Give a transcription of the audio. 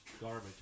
garbage